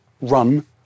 run